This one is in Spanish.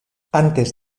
antes